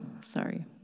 Sorry